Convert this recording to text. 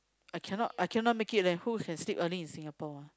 I cannot I cannot make it leh who can sleep early in Singapore